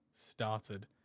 started